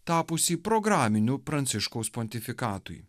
tapusį programiniu pranciškaus pontifikatui